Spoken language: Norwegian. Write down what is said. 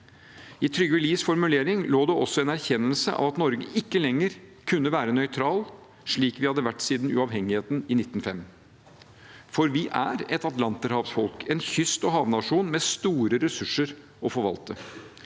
I Trygve Lies formulering lå det også en erkjennelse av at Norge ikke lenger kunne være nøytralt, slik vi hadde vært siden uavhengigheten i 1905, for vi er «et Atlanterhavsfolk» – en kyst- og havnasjon med store ressurser å forvalte,